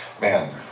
Man